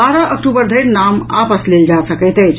बारह अक्टूबर धरि नाम आपस लेल जा सकैत अछि